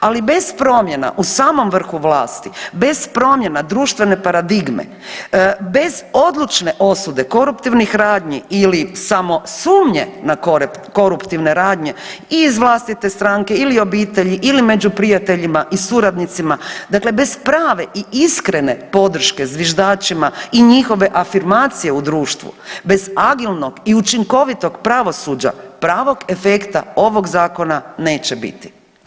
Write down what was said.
Ali bez promjena u samom vrhu vlasti, bez promjena društvene paradigme, bez odlučne osude koruptivnih radnji ili samo sumnje na koruptivne radnje i iz vlastite stranke ili obitelji ili među prijateljima i suradnici, dakle bez prave i iskrene podrške zviždačima i njihove afirmacije u društvu, bez agilnog i učinkovitog pravosuđa, pravog efekta ovog Zakona neće biti.